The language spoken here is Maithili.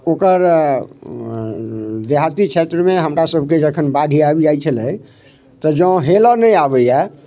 ओकर देहाती क्षेत्रमे हमरा सभके जखन बाढ़ि आबि जाइ छेलै तऽ जँ हेलऽ नहि आबैया